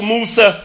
Musa